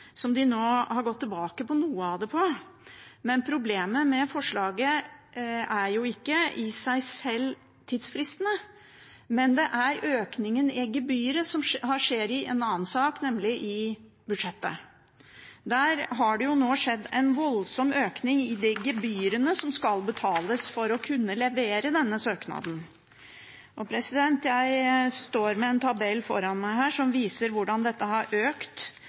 som de nå har gått tilbake på noe av, men problemet med forslaget er ikke tidsfristene i seg sjøl, det er økningen i gebyret, som skjer i en annen sak, nemlig i budsjettet. Det har nå vært en voldsom økning i gebyrene som skal betales for å kunne levere denne søknaden. Jeg står med en tabell foran meg her som viser hvordan dette har økt